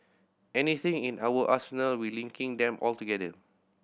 anything in our arsenal we're linking them all together